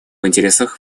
интересах